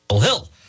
Hill